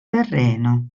terreno